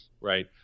right